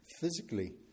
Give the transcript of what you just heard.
physically